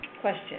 question